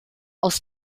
aus